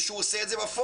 והוא גם עושה את זה בפועל,